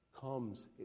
comes